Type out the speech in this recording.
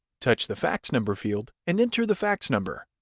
touch the fax number field, and enter the fax number.